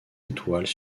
étoiles